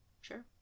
Sure